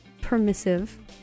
permissive